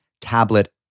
Tablet